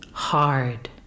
hard